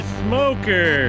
smoker